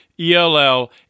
ELL